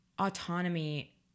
autonomy